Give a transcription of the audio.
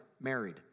married